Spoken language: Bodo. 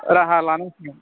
राहा लानांसिगोन